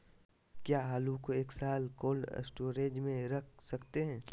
क्या आलू को एक साल कोल्ड स्टोरेज में रख सकते हैं?